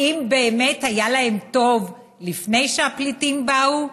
האם באמת היה להם טוב לפני שהפליטים באו?